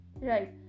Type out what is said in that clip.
Right